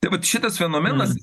tai vat šitas fenomenas